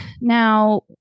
Now